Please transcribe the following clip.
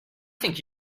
think